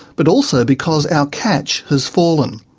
but also because our catch has fallen.